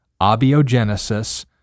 abiogenesis